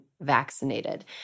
vaccinated